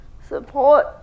support